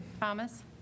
thomas